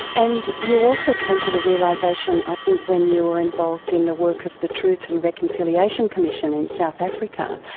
and you also came to the realisation i think when you were involved in the work of the truth and reconciliation commission in south africa,